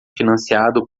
financiado